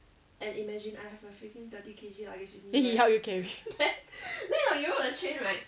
then he help you carry